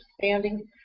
standing